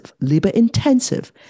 labor-intensive